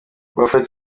buffett